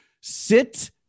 sit